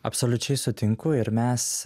absoliučiai sutinku ir mes